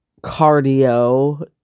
cardio